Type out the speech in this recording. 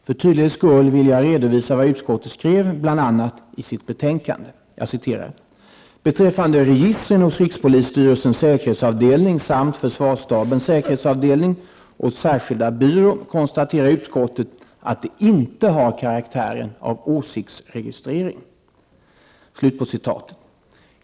För tydlighets skull vill jag redovisa vad utskottet skrev bl.a. i sitt betänkande: ''Beträffande registren hos rikspolisstyrelsens säkerhetsavdelning samt försvarsstabens säkerhetsavdelning och särskilda byrå konstaterar utskottet att de inte har karaktären av åsiktsregistrering.''